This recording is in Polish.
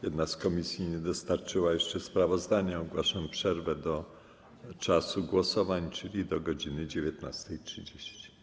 Jedna z komisji nie dostarczyła jeszcze sprawozdania, dlatego ogłaszam przerwę do głosowań, czyli do godz. 19.30.